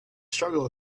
struggle